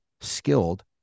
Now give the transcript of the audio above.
skilled